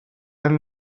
and